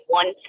one